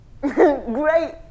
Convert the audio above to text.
Great